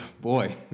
boy